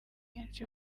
akenshi